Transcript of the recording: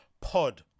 pod